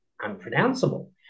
unpronounceable